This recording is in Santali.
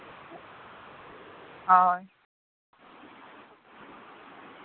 ᱦᱳᱭ